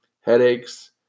Headaches